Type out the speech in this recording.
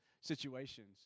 situations